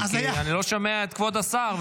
כי אני לא שומע את כבוד השר,